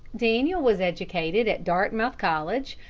daniel was educated at dartmouth college,